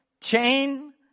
Chain